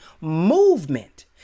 movement